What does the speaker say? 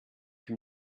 him